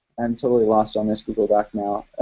am totally lost on this google doc now.